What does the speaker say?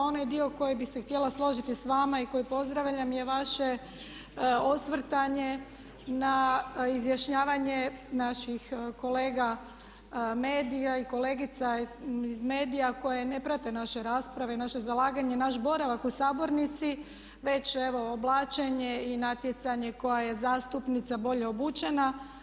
Onaj dio koji bi se htjela složiti s vama i koji pozdravljam je vaše osvrtanje na izjašnjavanje naših kolega medija i kolegica iz medija koje ne prate naše rasprave i naše zalaganje i naš boravak u sabornici već evo oblačenje i natjecanje koja je zastupnica bolje obučena.